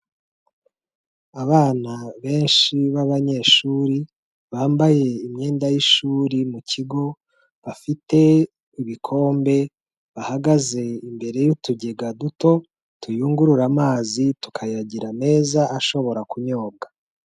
Abana benshi b'abanyeshuri bambaye imyenda y'ishuri mu kigo, bafite ibikombe bahagaze imbere y'utugega duto tuyungurura amazi tukayagira meza ashobora kunyobwa.